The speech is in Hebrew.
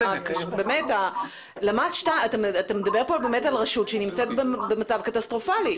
אתה מדבר כאן על רשות שנמצאת במצב קטסטרופלי.